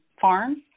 farms